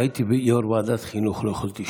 הייתי יו"ר ועדת חינוך, לא יכולתי להשתתף.